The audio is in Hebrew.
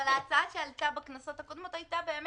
אבל ההצעה שעלתה בכנסות הקודמות היתה לומר